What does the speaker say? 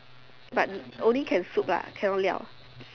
but only can soup lah cannot 料